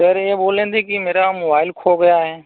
sir यह बोल रहे थे की मेरा मोबाईल खो गया है